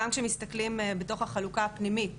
גם כשמסתכלים בתוך החלוקה הפנימית